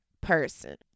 person